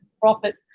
profit